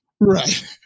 right